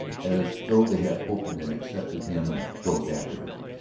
as though they had opened and accepted him and closed after him.